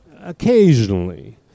occasionally